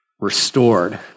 restored